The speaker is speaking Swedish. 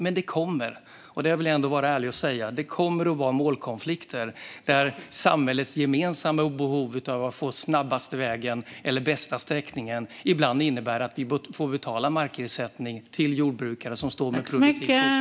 Men det kommer - det vill jag ändå vara ärlig med - att bli målkonflikter när samhällets gemensamma behov av att få den snabbaste vägen eller den bästa sträckningen ibland innebär att vi får betala markersättning till jordbrukare som står med produktiv skogsmark.